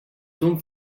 ton